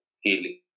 healing